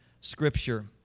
Scripture